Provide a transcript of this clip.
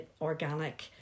organic